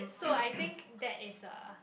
so I think that is a